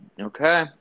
okay